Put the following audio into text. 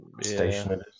station